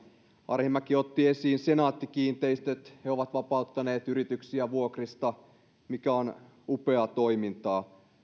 arhinmäki otti esiin senaatti kiinteistöt joka on vapauttanut yrityksiä vuokrista mikä on upeaa toimintaa